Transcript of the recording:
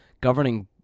governing